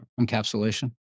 encapsulation